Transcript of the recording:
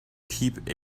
keep